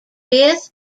fifth